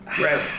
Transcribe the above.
Right